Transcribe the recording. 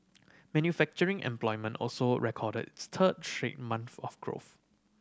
manufacturing employment also recorded its third straight month of growth